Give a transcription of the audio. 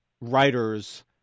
Writers